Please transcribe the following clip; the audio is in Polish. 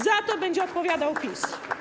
Za to będzie odpowiadał PiS.